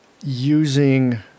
using